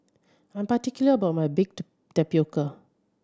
I'm particular about my baked tapioca